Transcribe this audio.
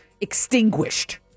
extinguished